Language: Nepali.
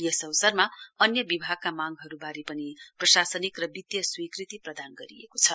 यस अवसरमा अन्य विभागका मांगहरुवारे पनि प्रशासनिक र वितीय स्वीकृति प्रदान गरिएको छ